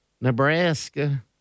Nebraska